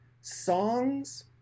songs